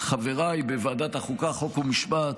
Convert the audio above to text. לחבריי בוועדת החוקה, חוק ומשפט,